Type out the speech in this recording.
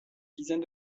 dizaine